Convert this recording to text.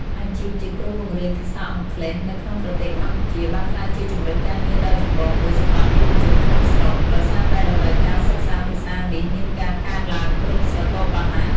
អាជីពជាគ្រូបង្រៀនភាសាអង់គ្លេសនៅក្នុងប្រទេសកម្ពុជា បានក្លាយជាជម្រើសការងារដ៏ចម្បងមួយសម្រាប់យុវជនក្នុងស្រុក ដោយសារតែតម្រូវការសិក្សាភាសានេះមានការកើនឡើងគ្រប់ស្រទាប់វណ្ណៈ។